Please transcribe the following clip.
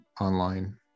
online